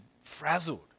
frazzled